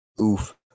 Oof